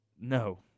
No